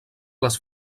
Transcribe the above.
les